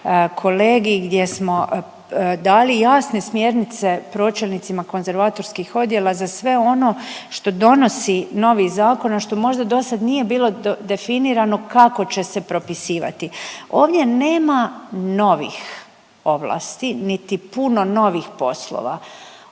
kolegij gdje smo dali jasne smjernice pročelnicima konzervatorskih odjela za sve ono što donosi novi zakon, a što možda dosad nije bilo definirano kako će se propisivati. Ovdje nema novih ovlasti, niti puno novih poslova.